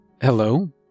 Hello